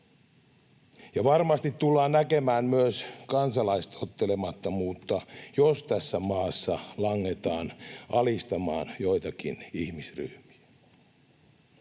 Ja varmasti tullaan näkemään myös kansalaistottelemattomuutta, jos tässä maassa langetaan alistamaan joitakin ihmisryhmiä.